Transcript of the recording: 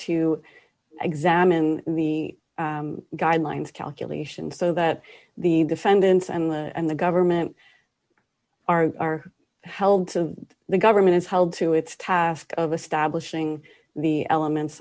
to examine the guidelines calculation so that the defendants and the government are held to the government is held to its task of establishing the elements